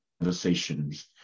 conversations